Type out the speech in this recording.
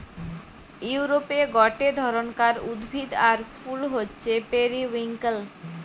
ইউরোপে গটে ধরণকার উদ্ভিদ আর ফুল হচ্ছে পেরিউইঙ্কেল